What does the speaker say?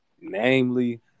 namely